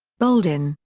boldin,